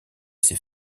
ses